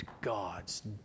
God's